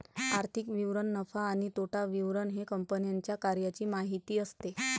आर्थिक विवरण नफा आणि तोटा विवरण हे कंपन्यांच्या कार्याची माहिती असते